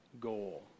goal